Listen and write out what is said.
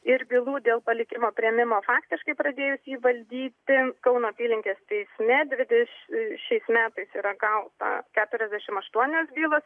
ir bylų dėl palikimo priėmimo faktiškai pradėjus jį valdyti kauno apylinkės teisme dvidešimt šiais metais yra gauta keturiasdešimt aštuonios bylos